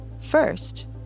First